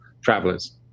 travelers